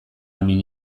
min